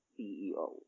CEO